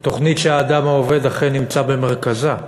היא תוכנית שאכן האדם העובד נמצא במרכזה,